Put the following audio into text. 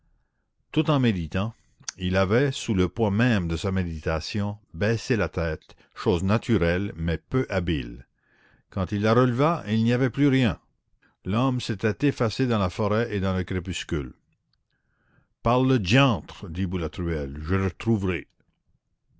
tout en méditant il avait sous le poids même de sa méditation baissé la tête chose naturelle mais peu habile quand il la releva il n'y avait plus rien l'homme s'était effacé dans la forêt et dans le crépuscule par le diantre dit boulatruelle je le retrouverai